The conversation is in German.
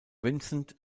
vincent